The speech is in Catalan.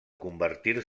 convertir